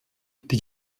die